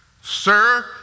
Sir